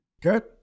Good